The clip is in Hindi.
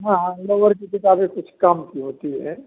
हाँ हाँ लोवर की किताबें कुछ कम की होती है